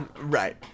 Right